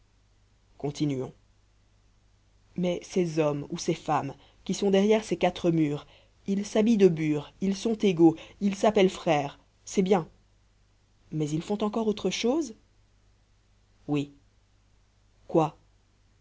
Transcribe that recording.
continuons mais ces hommes ou ces femmes qui sont derrière ces quatre murs ils s'habillent de bure ils sont égaux ils s'appellent frères c'est bien mais ils font encore autre chose oui quoi